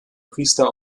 priester